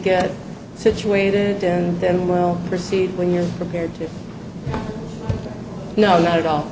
get situated and then we'll proceed when you're prepared to know that all